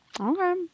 Okay